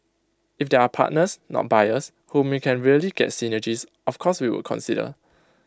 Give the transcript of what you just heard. if there are partners not buyers whom we can really get synergies of course we would consider